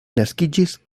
naskiĝis